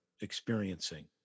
experiencing